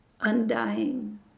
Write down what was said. undying